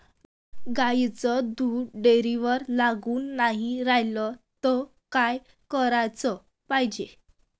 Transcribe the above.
गाईचं दूध डेअरीवर लागून नाई रायलं त का कराच पायजे?